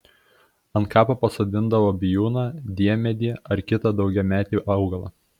ant kapo pasodindavo bijūną diemedį ar kitą daugiametį augalą